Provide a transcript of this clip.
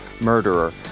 murderer